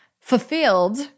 fulfilled